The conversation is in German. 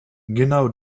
genau